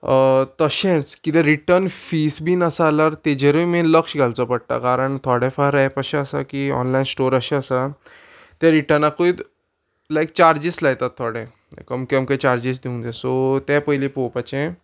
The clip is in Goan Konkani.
तशेंच कितें रिटन फीज बीन आसा जाल्यार तेजेरूय मे लक्ष घालचो पडटा कारण थोडे फार एप अशें आसा की ऑनलायन स्टोर अशें आसा तें रिटनाकूय लायक चार्जीस लायतात थोडे अमके अमके चार्जीस दिवंक जाय सो ते पयली पोवपाचे